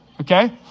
Okay